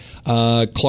Clark